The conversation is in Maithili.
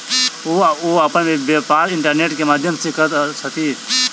ओ अपन व्यापार इंटरनेट के माध्यम से करैत छथि